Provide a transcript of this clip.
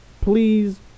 please